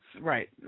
Right